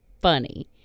funny